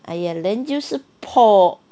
!aiyo! then 就是 por